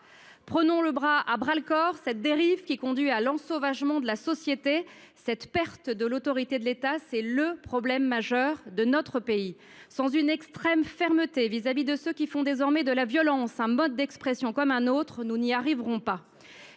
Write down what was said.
Prenons le problème à bras le corps. Mettons fin à cette dérive, qui conduit à l’ensauvagement de la société. La perte de l’autorité de l’État est le problème majeur de notre pays. Sans une extrême fermeté envers ceux qui font désormais de la violence un mode d’expression comme un autre, nous n’y arriverons pas.